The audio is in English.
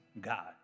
God